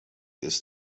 ist